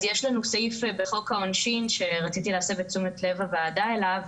יש לנו סעיף בחוק העונשין שרציתי להסב את תשומת לב הוועדה אליו,